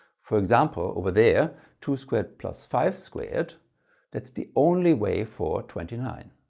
for example, over there two squared plus five squared that's the only way for twenty nine.